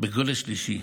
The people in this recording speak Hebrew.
בגיל השלישי,